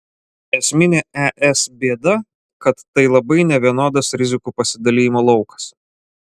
esminė es bėda kad tai labai nevienodas rizikų pasidalijimo laukas